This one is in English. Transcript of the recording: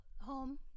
home